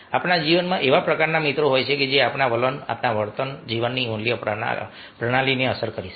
આપણા જીવનમાં એવા પ્રકારના મિત્રો હોય છે જે આપણા વલણ આપણા વર્તન જીવનની મૂલ્ય પ્રણાલીને અસર કરી શકે છે